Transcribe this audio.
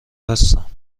هستم